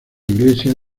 iglesia